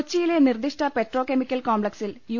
കൊച്ചിയിലെ നിർദ്ദിഷ്ട petro chemical കോംപ്പക്സിൽ യു